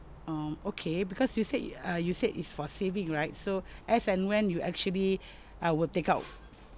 um okay because you said uh you said is for saving right so as and when you actually uh will take out